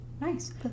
Nice